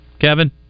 Kevin